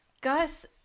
Gus